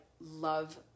love